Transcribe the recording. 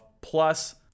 plus